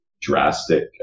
drastic